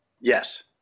Yes